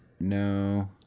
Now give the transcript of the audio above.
No